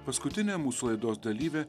paskutinė mūsų laidos dalyvė